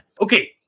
Okay